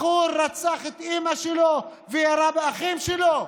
בחור רצח את אימא שלו וירה באחים שלו.